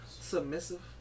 Submissive